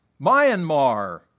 Myanmar